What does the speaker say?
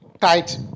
tight